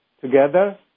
together